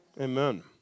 Amen